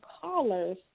callers